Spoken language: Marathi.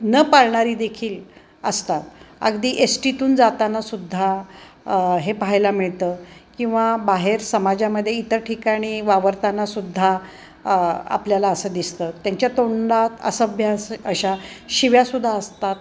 न पाळणारी देखील असतात अगदी एस टीतून जाताना सुद्धा हे पाहायला मिळतं किंवा बाहेर समाजामध्ये इतर ठिकाणी वावरताना सुद्धा आपल्याला असं दिसतं त्यांच्या तोंडात असभ्य असं अशा शिव्यासुद्धा असतात